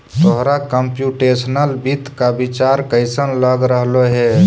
तोहरा कंप्युटेशनल वित्त का विचार कइसन लग रहलो हे